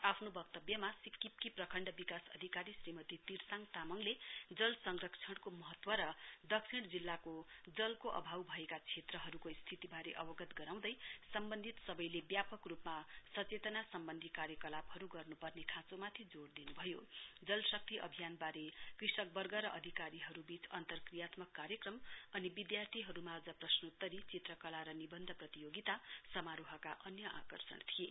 आफ्नो वक्तव्यमा सिक्किपकी प्रखण्ड विकास अधिकारी श्रीमती तिर्साङ तामङले जल संरक्षणको महत्व र दक्षिण जिल्लाको जलको अभाव भएका क्षेत्रहरूको स्थितिबारे अवगत गराउँदै सम्वन्धित सबैले व्यापक रूपमा सचेतना सम्वन्धी कार्यकलापहरू गर्न्पर्ने खाँचोमाथि जोड़ दिन्भयो जलशक्ति अभियान्वारे कृषकवर्ग र अधिकारीहरूवीच अन्तर्क्रियात्मक कार्यक्रम अनि विद्यार्थीहरू माझ प्रश्नोत्त्री चित्रकला र निवन्ध प्रतियोगिता समारोहका अन्य आक्रषण थिए